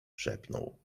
szepnął